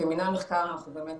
כמינהל מחקר אנחנו באמת,